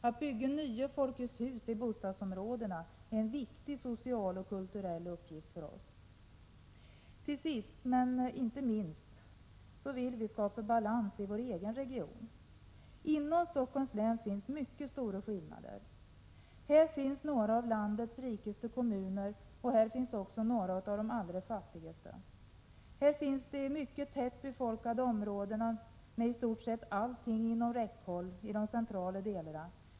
Att bygga nya Folkets hus i bostadsområdena är en viktig social och kulturell uppgift. Till sist — men inte minst — vill vi skapa balans i vår egen region. Inom Stockholms län finns mycket stora skillnader. Här finns några av landets rikaste kommuner och här finns också några av de allra fattigaste. Här finns de mycket tätt befolkade områdena med i stort sett allt inom räckhåll i de centrala delarna.